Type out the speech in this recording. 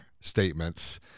statements